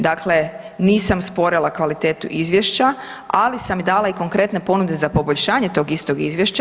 Dakle, nisam sporila kvalitetu izvješća, ali sam i dala i konkretne ponude za poboljšanje tog istog izvješća.